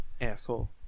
asshole